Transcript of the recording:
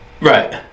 Right